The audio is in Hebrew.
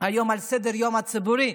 היום על סדר-היום הציבורי,